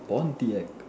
Pom T X